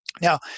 Now